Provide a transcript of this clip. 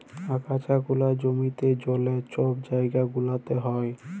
আগাছা গুলা জমিতে, জলে, ছব জাইগা গুলাতে হ্যয়